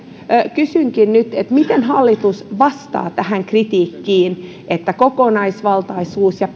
kysynkin nyt miten hallitus vastaa tähän kritiikkiin että myös kokonaisvaltaisuus ja